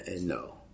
No